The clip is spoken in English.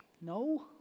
No